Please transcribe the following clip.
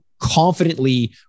confidently